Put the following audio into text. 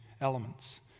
elements